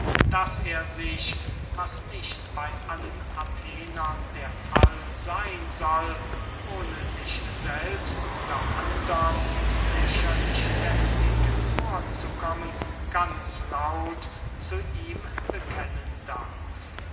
daß er sich was nicht bey allen athenern der fall seyn soll ohne sich selbst oder andern lächerlich deswegen vorzukommen ganz laut zu ihm bekennen darf